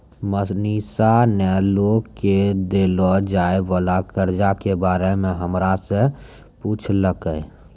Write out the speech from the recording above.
मनीषा ने लोग के देलो जाय वला कर्जा के बारे मे हमरा से पुछलकै